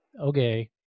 okay